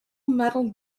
metal